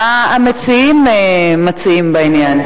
מה המציעים מציעים בעניין?